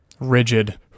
rigid